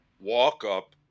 walk-up